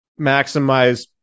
maximize